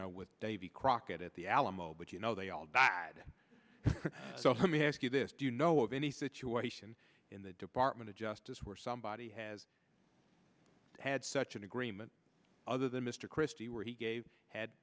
with davy crocket at the alamo but you know they all died let me ask you this do you know of any situation in the department of justice where somebody has had such an agreement other than mr christie where he had